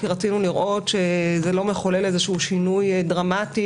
כי רצינו לראות שזה לא מחולל איזשהו שינוי דרמטי